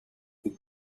the